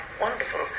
wonderful